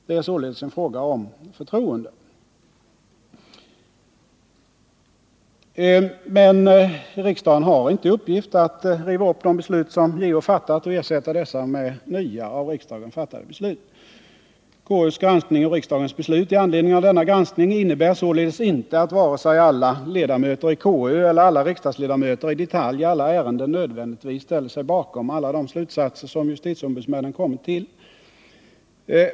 Det är således en fråga om förtroende. Riksdagen har emellertid inte i uppgift att riva upp de beslut som JO har fattat och ersätta dessa med nya av riksdagen fattade beslut. KO:s granskning och riksdagens beslut med anledning av denna granskning innebär således inte att vare sig alla ledamöter i KU eller alla riksdagsledamöter i detalj i samtliga ärenden nödvändigtvis ställer sig bakom alla de slutsatser som justitieombudsmännen har kommit till.